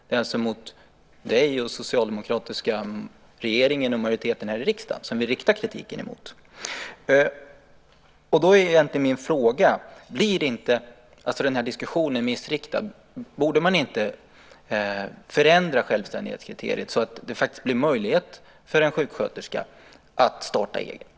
Det är alltså mot dig och mot hela den socialdemokratiska regeringen och majoriteten här i riksdagen som vi riktar kritiken. Då är min fråga: Blir inte den här diskussionen missriktad? Borde man inte förändra självständighetskriteriet så att det faktiskt blir möjligt för en sjuksköterska att starta eget?